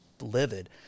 livid